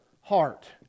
heart